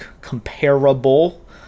comparable